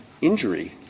injury